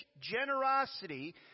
generosity